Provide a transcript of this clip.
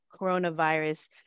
coronavirus